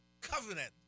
covenant